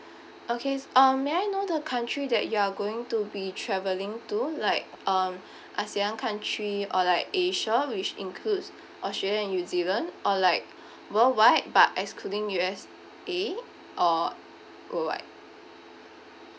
okay uh may I know the country that you are going to be travelling to like um ASEAN country or like asia which includes australia and new zealand or like worldwide but excluding U_S_A or worldwide